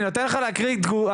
אני נותן לך להקריא תגובה,